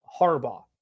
Harbaugh